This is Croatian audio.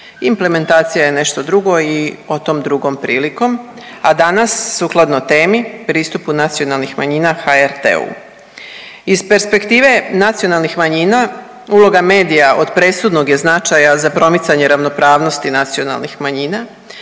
implementacija je nešto drugo i o tom drugom prilikom, a danas, sukladno temi, pristupu nacionalnih manjina HRT-u. Iz perspektive nacionalnih manjina, uloga medija od presudnog je značaja za promicanje ravnopravnosti nacionalnih manjina,